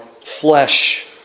flesh